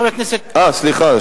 חבר הכנסת, אה, סליחה.